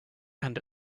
and